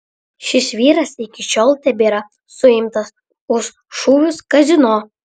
šis vyras iki šiol tebėra suimtas už šūvius kazino